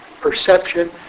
perception